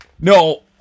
No